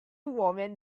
women